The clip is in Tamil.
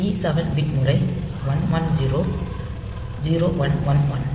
E7 பிட் முறை 1110 0111